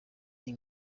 iyi